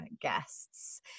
guests